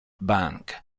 bank